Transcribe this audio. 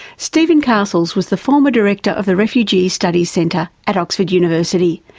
stephen castles was the former director of the refugees studies centre at oxford university.